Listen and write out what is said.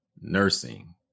nursing